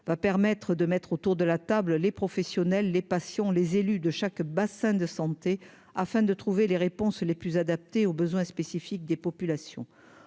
va permettre de mettre autour de la table, les professionnels, les patients, les élus de chaque bassin de santé afin de trouver les réponses les plus adaptées aux besoins spécifiques des populations